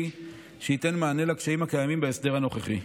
שייתן מענה לקשיים הקיימים בהסדר הנוכחי.